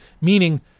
meaning